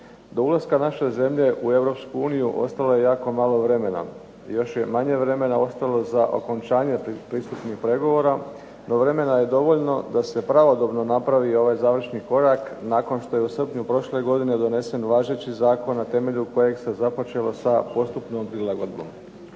Do ulaska naše zemlje u EU ostalo je jako malo vremena. Još je manje vremena ostalo za okončanje pristupnih pregovora, no vremena je dovoljno da se pravodobno napravi ovaj završni korak nakon što je u srpnju prošle godine donesen važeći zakon na temelju kojeg se započelo sa postupnom prilagodbom.